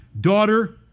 daughter